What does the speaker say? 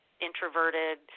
introverted